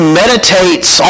meditates